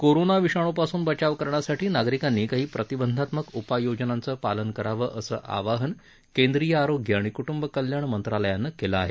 corona विषाणूपासून बचाव करण्यासाठी नागरिकांनी काही प्रतिबंधात्मक उपाययोजनांचं पालन करावं असं आवाहन केंद्रीय आरोग्य आणि क्टंब कल्याण मंत्रालयानं केलं आहे